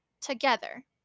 together